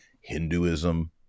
Hinduism